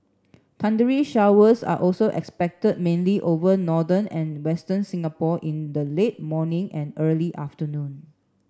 thundery showers are also expected mainly over northern and western Singapore in the late morning and early afternoon